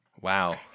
Wow